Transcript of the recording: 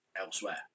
elsewhere